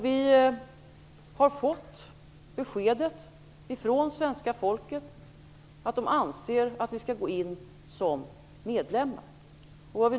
Vi har fått det beskedet från svenska folket att de anser att vi skall gå in som medlemmar.